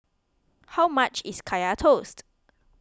how much is Kaya Toast